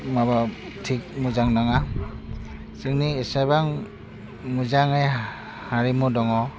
माबा थिक मोजां नङा जोंनि एसेबां मोजाङै हा हारिमु दङ